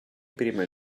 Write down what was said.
prima